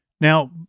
Now